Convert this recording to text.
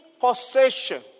possession